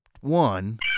one